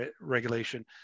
regulation